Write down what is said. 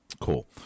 Cool